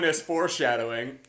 foreshadowing